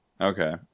Okay